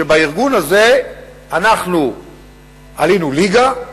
שבארגון הזה אנחנו עלינו ליגה,